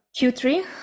Q3